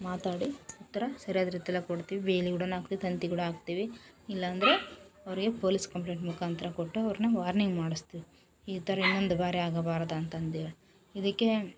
ಮಾತಾಡಿ ಉತ್ತರ ಸರಿಯಾದ ರೀತಿಲೇ ಕೊಡ್ತೀವಿ ಬೇಲಿಕೂಡ ಹಾಕ್ತೀವಿ ತಂತಿಕೂಡ ಹಾಕ್ತೀವಿ ಇಲ್ಲಾಂದ್ರೆ ಅವರಿಗೆ ಪೊಲೀಸ್ ಕಂಪ್ಲೇಟ್ ಮುಖಾಂತ್ರ ಕೊಟ್ಟು ಅವ್ರನ್ನ ವಾರ್ನಿಂಗ್ ಮಾಡಿಸ್ತೀವಿ ಈ ಥರ ಇನ್ನೊಂದು ಬಾರಿ ಆಗಬಾರದು ಅಂತಂದು ಹೇಳಿ ಇದಕ್ಕೆ